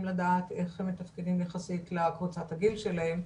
לדעת איך הם מתפקדים יחסית לקבוצת הגיל שלהם,